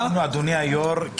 הממשלה --- אדוני היו"ר,